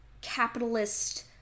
capitalist